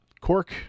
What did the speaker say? cork